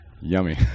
Yummy